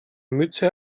mütze